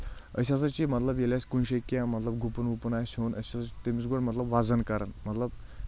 أسۍ ہسا چھِ مطلب ییٚلہِ اَسہِ کُنہِ جایہِ کینٛہہ مطلب گُپُن وُپُن آسہِ ہیٚون أسۍ ہَسا چھِ تٔمِس گۄڈٕ مطلب وزن کران مطلب